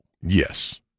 yes